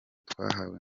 twahawe